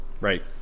right